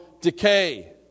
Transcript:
decay